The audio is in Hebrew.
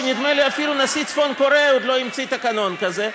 ונדמה לי שאפילו נשיא צפון קוריאה עוד לא המציא תקנון כזה,